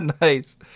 Nice